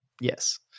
Yes